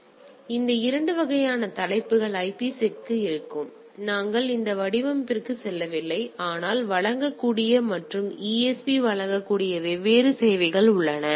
எனவே இந்த இரண்டு வகையான தலைப்புகள் IPSec க்கு இருக்கும் நாங்கள் அந்த வடிவமைப்பிற்கு செல்லவில்லை ஆனால் வழங்கக்கூடிய மற்றும் ESP வழங்கக்கூடிய வெவ்வேறு சேவைகள் உள்ளன